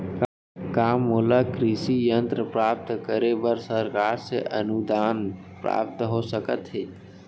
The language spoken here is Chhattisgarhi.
का मोला कृषि यंत्र प्राप्त करे बर सरकार से अनुदान प्राप्त हो सकत हे?